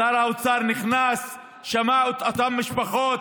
שר האוצר נכנס, שמע את אותן משפחות,